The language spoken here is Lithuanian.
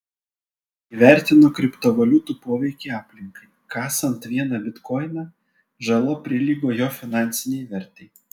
įvertino kriptovaliutų poveikį aplinkai kasant vieną bitkoiną žala prilygo jo finansinei vertei